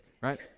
right